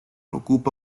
ocupa